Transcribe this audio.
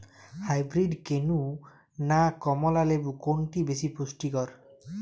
Hybrid কেনু না কমলা লেবু কোনটি বেশি পুষ্টিকর?